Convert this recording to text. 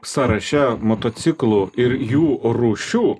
sąraše motociklų ir jų rūšių